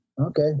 Okay